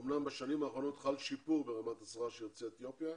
אמנם בשנים האחרונות חל שיפור ברמת השכר של יוצאי אתיופיה,